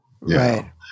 Right